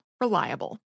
Reliable